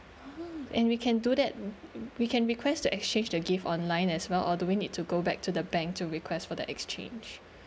ah and we can do that we we can request to exchange the gift online as well or do we need to go back to the bank to request for the exchange